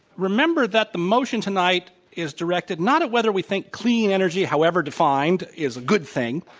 remember that the motion tonight is directed not at whether we think clean energy however defined is a good thing,